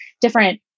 different